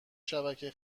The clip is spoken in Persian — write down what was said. شبکه